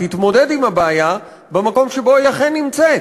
תתמודד עם הבעיה במקום שבו היא אכן נמצאת?